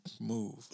move